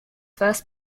first